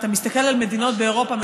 אתה מסתכל על מדינות באירופה,